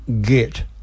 get –